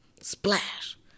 Splash